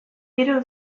gero